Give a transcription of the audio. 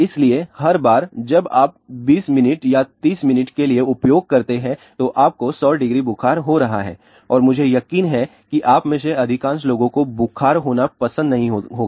इसलिए हर बार जब आप 20 मिनट या 30 मिनट के लिए उपयोग करते हैं तो आपको 100 डिग्री बुखार हो रहा है और मुझे यकीन है कि आप में से अधिकांश लोगों को बुखार होना पसंद नहीं होगा